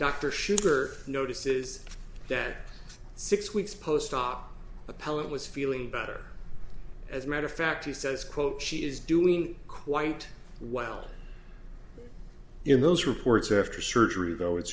dr sugar notices that six weeks post op appellant was feeling better as a matter of fact he says quote she is doing quite well in those reports after surgery though it's